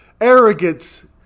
arrogance